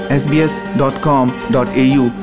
sbs.com.au